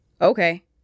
Okay